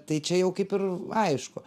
tai čia jau kaip ir aišku